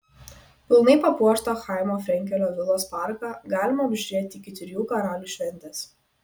pilnai papuoštą chaimo frenkelio vilos parką galima apžiūrėti iki trijų karalių šventės